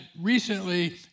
recently